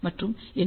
மற்றும் 808